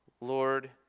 Lord